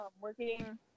working